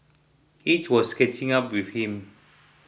age was catching up with him